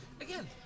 again